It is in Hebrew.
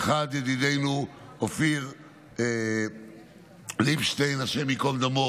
האחד, ידידנו אופיר ליבשטיין, השם ייקום דמו,